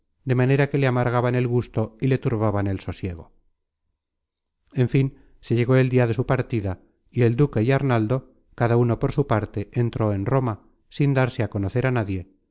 de manera que le amargaban el gusto y le turbaban el sosiego en fin se llegó el dia de su partida y el duque y arnaldo cada uno por su parte entró en roma sin darse á conocer a nadie